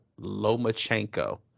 lomachenko